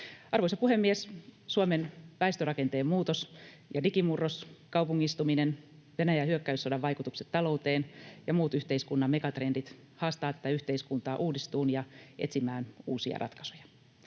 Arvoisa puhemies! Suomen väestörakenteen muutos ja digimurros, kaupungistuminen, Venäjän hyökkäyssodan vaikutukset talouteen ja muut yhteiskunnan megatrendit haastavat tätä yhteiskuntaa uudistumaan ja etsimään uusia ratkaisuja.